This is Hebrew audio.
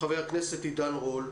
חבר הכנסת עידן רול.